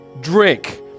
drink